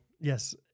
Yes